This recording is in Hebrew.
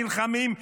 נלחמים,